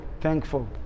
thankful